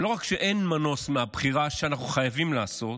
ולא רק שאין מנוס מהבחירה שאנחנו חייבים לעשות,